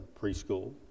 preschool